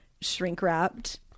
shrink-wrapped